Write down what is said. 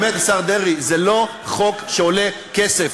באמת, השר דרעי, זה לא חוק שעולה כסף.